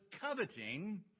coveting